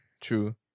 True